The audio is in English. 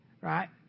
right